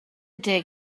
dig